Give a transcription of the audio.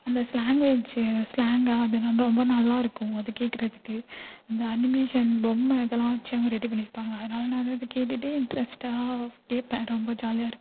அந்த ஸ்லாங்வேஜ் ஸ்லாங்காக அது ரொம்ப ரொம்ப நல்லாயிருக்கும் அது கேட்குறதுக்கு அந்த அனிமேஷன் பொம்மை அதெல்லாம் வச்சு ரெடி பண்ணியிருப்பாங்க அதனால நான் அதை கேட்டுகிட்டே இன்ட்ரெஸ்ட்டாக கேட்பேன் ரொம்ப ஜாலியாக இருக்கும்